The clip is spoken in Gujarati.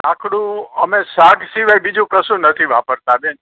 લાકડું અમે સાગ સિવાય બીજું કશું નથી વાપરતા બેન